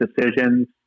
decisions